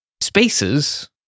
spaces